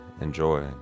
enjoy